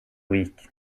week